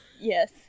Yes